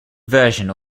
version